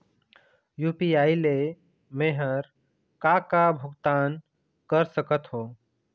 UPI ले मे हर का का भुगतान कर सकत हो?